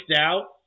out